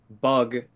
bug